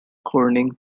corning